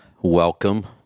Welcome